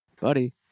Buddy